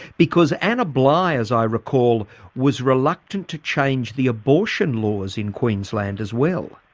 because anna bligh as i recall was reluctant to change the abortion laws in queensland as well.